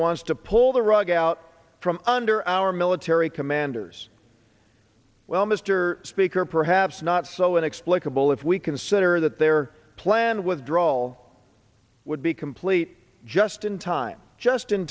wants to pull the rug out from under our military commanders well mr speaker perhaps not so explicable if we consider that their planned withdrawal would be complete just in time just in